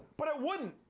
but it wouldn't.